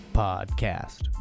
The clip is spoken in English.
podcast